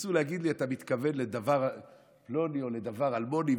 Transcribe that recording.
ניסו להגיד לי: אתה מתכוון לדבר פלוני או לדבר אלמוני,